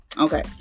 Okay